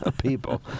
people